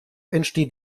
entsteht